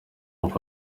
ubu